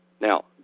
Now